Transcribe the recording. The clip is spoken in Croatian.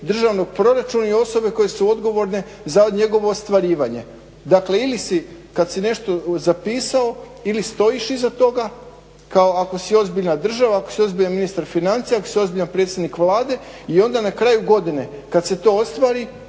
državnog proračuna i osobe koje su odgovorne za njegovo ostvarivanje. Dakle, ili si kad si nešto zapisao ili stojiš iza toga ako si ozbiljna država, ako si ozbiljan ministar financija, ako si ozbiljan predsjednik Vlade i onda na kraju godine kad se to ostvari